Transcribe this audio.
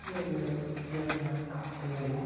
சில பேர் வித்தியாசமான காய்ச்சல்களும்